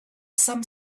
some